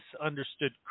misunderstood